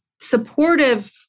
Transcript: supportive